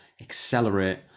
accelerate